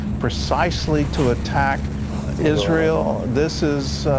precisely to attack israel. this is,